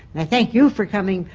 and thank you for coming,